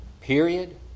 period